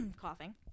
Coughing